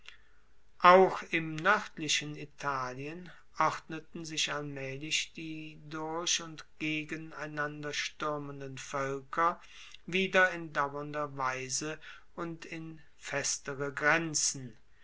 auch im noerdlichen italien ordneten sich allmaehlich die durch und gegen einander stuermenden voelker wieder in dauernder weise und in festere grenzen